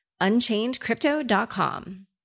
UnchainedCrypto.com